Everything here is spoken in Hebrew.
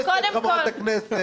חברת הכנסת,